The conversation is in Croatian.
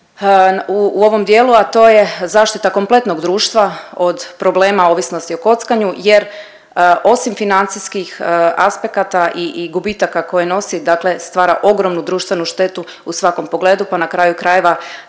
u ovom dijelu a to je zaštita kompletnog društva od problema ovisnosti o kockanju jer osim financijskih aspekata i, i gubitaka koje nosi dakle stvara ogromnu društvenu štetu u svakom pogledu, pa na kraju krajeva